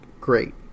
great